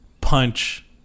punch